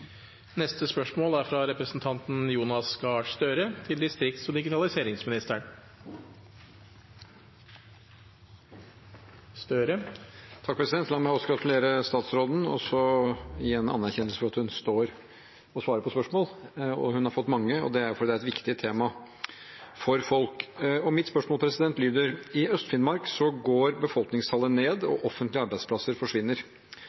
La meg også gratulere statsråden og gi henne anerkjennelse for at hun står og svarer på spørsmål. Hun har fått mange, og det er fordi dette er et viktig tema for folk. Mitt spørsmål lyder: «I Øst-Finnmark går befolkningstallet ned, og offentlige arbeidsplasser forsvinner.